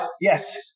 yes